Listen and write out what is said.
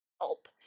help